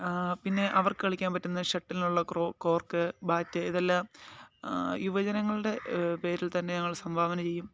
ആ പിന്നെ അവർക്ക് കളിക്കാൻ പറ്റുന്ന ഷട്ടിലിനുള്ള കോർക്ക് ബാറ്റ് ഇതെല്ലാം യുവജനങ്ങളുടെ പേരിൽ തന്നെ ഞങൾ സംഭാവന ചെയ്യും